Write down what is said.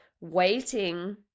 waiting